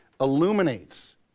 illuminates